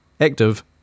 active